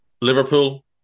Liverpool